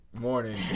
morning